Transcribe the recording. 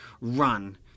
run